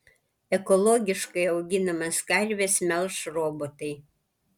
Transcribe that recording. ekologiškai auginamas karves melš robotai